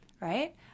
Right